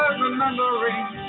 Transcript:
remembering